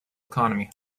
economy